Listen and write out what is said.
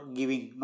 giving